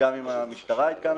וגם את המשטרה עדכנו